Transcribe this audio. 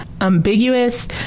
ambiguous